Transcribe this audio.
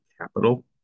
capital